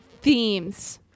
themes